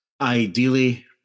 ideally